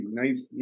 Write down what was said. nice